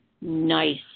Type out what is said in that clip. nice